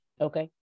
Okay